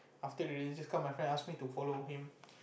after religious class my friend ask me to follow him